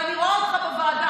ואני רואה אותך בוועדה,